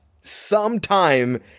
sometime